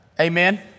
amen